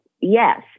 yes